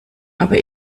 aber